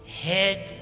head